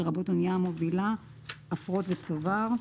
לרבות אנייה המובילה עפרות בצובר.